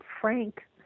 Frank